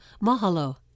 Mahalo